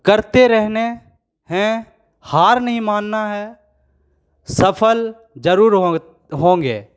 करते रहने हैं हार नहीं मानना है सफल जरूर होंगे